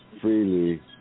freely